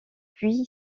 puy